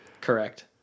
correct